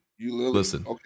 Listen